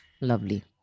Lovely